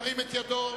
ירים את ידו.